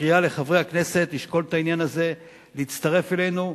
לקריאה לחברי הכנסת לשקול את העניין הזה להצטרף אלינו.